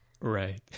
Right